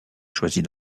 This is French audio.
choisit